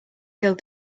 killed